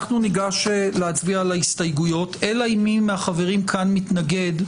אנחנו ניגש להצביע על ההסתייגויות אלא אם מי מהחברים כאן מתנגד.